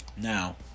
Now